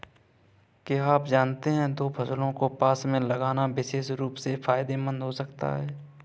क्या आप जानते है दो फसलों को पास में लगाना विशेष रूप से फायदेमंद हो सकता है?